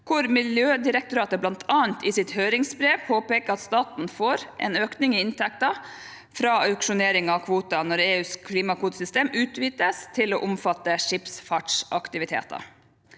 hvor Miljødirektoratet bl.a. i sitt høringsbrev påpeker at staten får en økning i inntekter fra auksjonering av kvoter når EUs klimakvotesystem utvides til å omfatte skipsfartsaktiviteter.